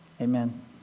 Amen